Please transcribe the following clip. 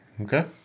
Okay